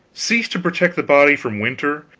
cease to protect the body from winter,